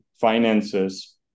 finances